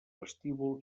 vestíbul